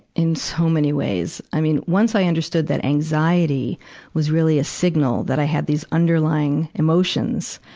in so many ways. i mean, once i understood that anxiety was really a signal that i had these underlying emotions,